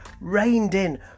reined-in